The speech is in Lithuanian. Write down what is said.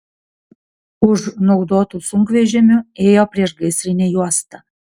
už naudotų sunkvežimių ėjo priešgaisrinė juosta